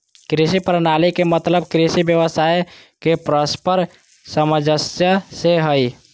कृषि प्रणाली के मतलब कृषि व्यवसाय के परस्पर सामंजस्य से हइ